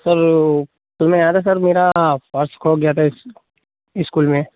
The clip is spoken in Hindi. सर वो सर मैं आया था सर मेरा पर्स खो गया था इस इस्कूल में